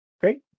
Great